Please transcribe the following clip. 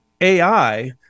AI